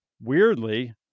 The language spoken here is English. weirdly